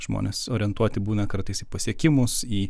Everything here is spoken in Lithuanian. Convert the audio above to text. žmonės orientuoti būna kartais į pasiekimus į